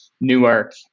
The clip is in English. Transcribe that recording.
Newark